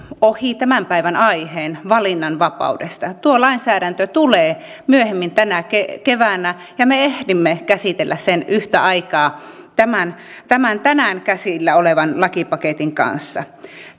ohi tämän päivän aiheen valinnanvapaudesta tuo lainsäädäntö tulee myöhemmin tänä keväänä ja me ehdimme käsitellä sen yhtä aikaa tämän tämän tänään käsillä olevan lakipaketin kanssa